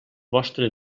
vostre